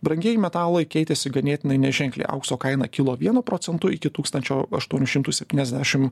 brangieji metalai keitėsi ganėtinai neženkliai aukso kaina kilo vienu procentu iki tūkstančio aštuonių šimtų septyniasdešim